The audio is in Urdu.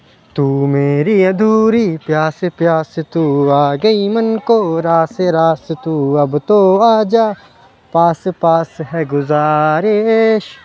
تو میری ادھوری پیاس پیاس تو آ گئی من کو راس راس تو اب تو آ جا پاس پاس ہے گزارش